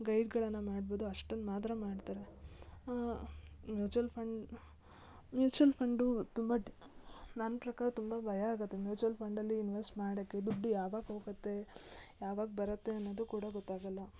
ಗೈಡ್ಗಳನ್ನು ಮಾಡ್ಬೋದು ಅಷ್ಟನ್ನು ಮಾತ್ರ ಮಾಡ್ತಾರೆ ಮ್ಯೂಚ್ವಲ್ ಫಂಡ್ ಮ್ಯೂಚ್ವಲ್ ಫಂಡ್ ತುಂಬ ಡಿ ನನ್ನ ಪ್ರಕಾರ ತುಂಬ ಭಯ ಆಗುತ್ತೆ ಮ್ಯೂಚ್ವಲ್ ಫಂಡಲ್ಲಿ ಇನ್ವೆಸ್ಟ್ ಮಾಡೋಕೆ ದುಡ್ಡು ಯಾವಾಗ ಹೋಗುತ್ತೆ ಯಾವಾಗ ಬರುತ್ತೆ ಅನ್ನೋದು ಕೂಡ ಗೊತ್ತಾಗಲ್ಲ